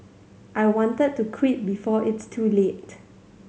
I wanted to quit before it's too late